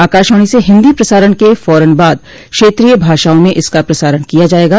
आकाशवाणी से हिंदी प्रसारण के फौरन बाद क्षेत्रीय भाषाओं में इसका प्रसारण किया जायेगा